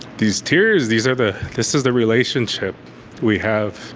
these tears, these are the this is the relationship we have